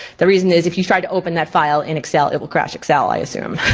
the reason is, if you tried to open that file in excel it will crash excel, i assume.